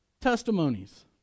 Testimonies